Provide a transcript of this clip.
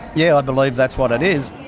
yeah i believe that's what it is.